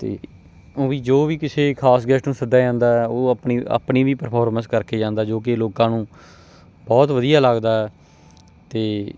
ਅਤੇ ਉਹ ਵੀ ਜੋ ਵੀ ਕਿਸੇ ਖਾਸ ਗੈਸਟ ਨੂੰ ਸੱਦਿਆ ਜਾਂਦਾ ਉਹ ਆਪਣੀ ਆਪਣੀ ਵੀ ਪਰਫੋਰਮੈਂਸ ਕਰਕੇ ਜਾਂਦਾ ਜੋ ਕਿ ਲੋਕਾਂ ਨੂੰ ਬਹੁਤ ਵਧੀਆ ਲੱਗਦਾ ਅਤੇ